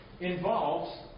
involves